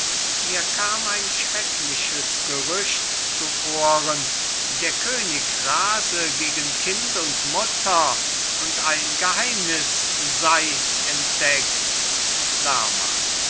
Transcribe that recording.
mir kam ein schreckliches gerücht zu ohren der könig rase gegen kind und mutter und ein geheimnis sei entdeckt lerma